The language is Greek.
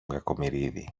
κακομοιρίδη